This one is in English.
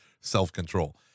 self-control